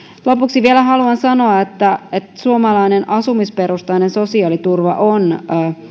lopuksi vielä haluan sanoa että että suomalainen asumisperusteinen sosiaaliturva on